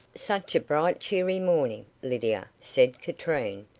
such a bright cheery morning, lydia, said katrine,